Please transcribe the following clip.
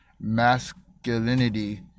masculinity